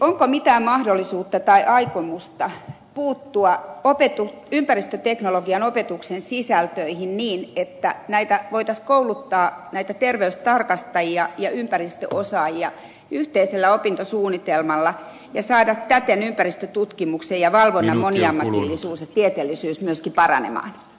onko mitään mahdollisuutta tai aikomusta puuttua ympäristöteknologian opetuksen sisältöihin niin että voitaisiin kouluttaa näitä terveystarkastajia ja ympäristöosaajia yhteisellä opintosuunnitelmalla ja saada täten ympäristötutkimuksen ja valvonnan moniammatillisuus ja tieteellisyys myöskin paranemaan